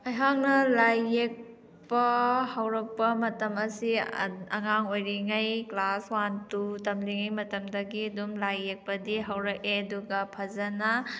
ꯑꯩꯍꯥꯛꯅ ꯂꯥꯏ ꯌꯦꯛꯄ ꯍꯧꯔꯛꯄ ꯃꯇꯝ ꯑꯁꯤ ꯑꯉꯥꯡ ꯑꯣꯏꯔꯤꯉꯩ ꯀ꯭ꯂꯥꯁ ꯋꯥꯟ ꯇꯨ ꯇꯝꯂꯤꯉꯩ ꯃꯇꯝꯗꯒꯤ ꯑꯗꯨꯝ ꯂꯥꯏ ꯌꯦꯛꯄꯗꯤ ꯍꯧꯔꯛꯏ ꯑꯗꯨꯒ ꯐꯖꯅ